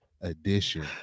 edition